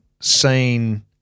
seen